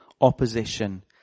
opposition